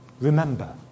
remember